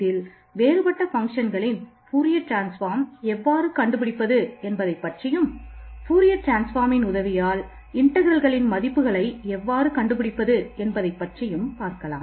இதில் வேறுபட்ட ஃபங்க்ஷன்களின் மதிப்புகளை எவ்வாறு கண்டுபிடிப்பது என்பதை பற்றியும் பார்க்கலாம்